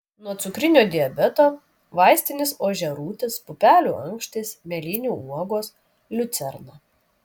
nuo cukrinio diabeto vaistinis ožiarūtis pupelių ankštys mėlynių uogos liucerna